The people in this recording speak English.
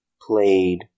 played